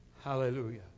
Hallelujah